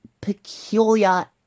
peculiar